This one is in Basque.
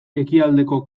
ekialdeko